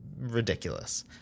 ridiculous